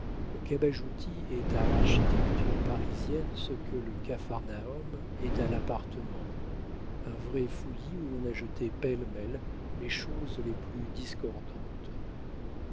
le cabajoutis est à l'architecture parisienne ce que le capharnaüm est à l'appartement un vrai fouillis où l'on a jeté pêle-mêle les choses les plus discordantes